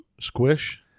squish